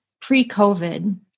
pre-COVID